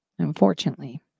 Unfortunately